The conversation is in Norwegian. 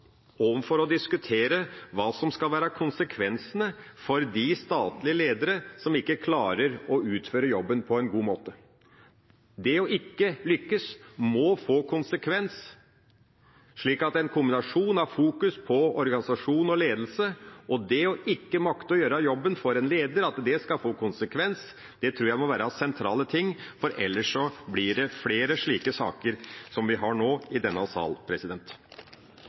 overfor å diskutere hva som skal være konsekvensene for de statlige ledere som ikke klarer å utføre jobben på en god måte. Det ikke å lykkes må få konsekvenser. En kombinasjon av fokusering på organisasjon og ledelse, og at det å ikke makte å gjøre jobben, skal få konsekvenser for en leder, tror jeg må være sentrale ting, ellers blir det flere slike saker som vi nå har i denne sal.